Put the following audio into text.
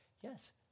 yes